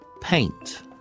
paint